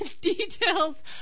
details